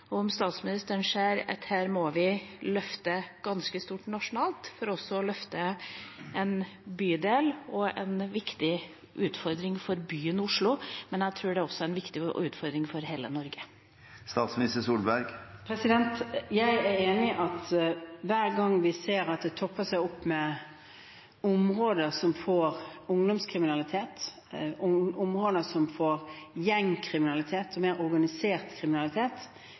og om statsministeren ser at her må vi løfte ganske stort nasjonalt for å løfte en bydel. Dette er en viktig utfordring for byen Oslo, men jeg tror også det er en viktig utfordring for hele Norge. Jeg er enig i at hver gang vi ser at det topper seg med områder som får ungdomskriminalitet, områder som får gjengkriminalitet og mer organisert kriminalitet,